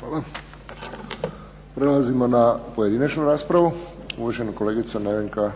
Hvala. Prelazimo na pojedinačnu raspravu. Uvažena kolegica Nevenka